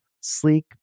sleek